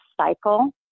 cycle